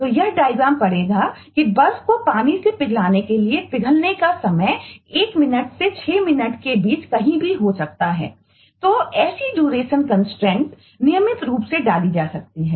तो यह डायग्राम नियमित रूप से डाली जा सकती हैं